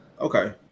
Okay